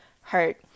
hurt